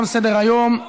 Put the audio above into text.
תם סדר-היום.